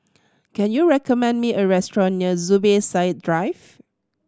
can you recommend me a restaurant near Zubir Said Drive